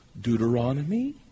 Deuteronomy